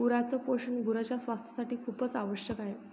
गुरांच पोषण गुरांच्या स्वास्थासाठी खूपच आवश्यक आहे